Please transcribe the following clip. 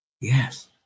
Yes